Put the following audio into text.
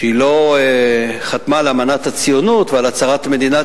שלא חתמה על אמנת הציונות ועל הצהרת מדינת